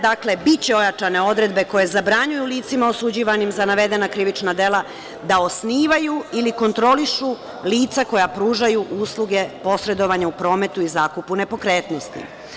Dakle, biće ojačane odredbe koje zabranjuju licima osuđivanim za navedena krivična dela da osnivaju ili kontrolišu lica koja pružaju usluge posredovanja u prometu i zakupu nepokretnosti.